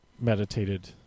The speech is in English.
Meditated